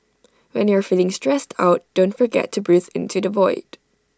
when you are feeling stressed out don't forget to breathe into the void